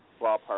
ballpark